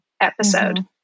episode